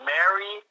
Mary